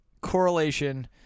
correlation